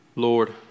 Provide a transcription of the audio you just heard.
Lord